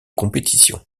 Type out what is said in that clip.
compétitions